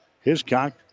Hiscock